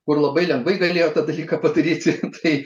kur labai lengvai galėjo tą dalyką padaryti tai